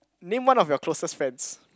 name one of your closest friends